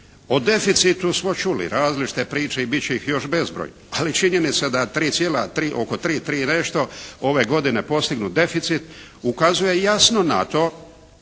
o deficitu smo čuli različite priče i biti će ih još bezbroj, ali činjenica da 3 cijela, oko 3 i nešto ove godine postignut deficit ukazuje jasno na to